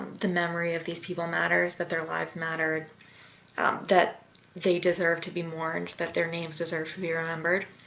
the memory of these people matters, that their lives mattered that they deserve to be mourned that their names deserve to be remembered,